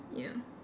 ya